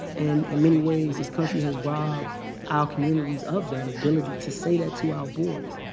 and in many ways, this country has robbed our communities of that ability to say that to our boys.